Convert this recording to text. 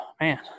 Man